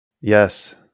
yes